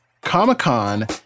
Comic-Con